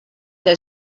que